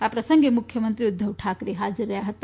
આ પ્રસંગે મુખ્યમંત્રી ઉદ્ધવ ઠાકરે હાજર રહ્યા હતા